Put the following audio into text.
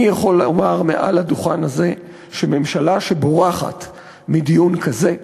אני יכול לומר מעל הדוכן הזה שממשלה שבורחת מדיון כזה,